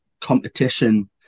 competition